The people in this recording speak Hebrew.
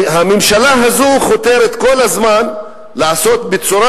הממשלה הזו חותרת כל הזמן להראות בצורה